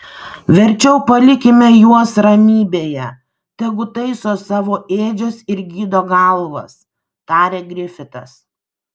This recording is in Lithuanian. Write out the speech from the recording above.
verčiau palikime juos ramybėje tegu taiso savo ėdžias ir gydo galvas tarė grifitas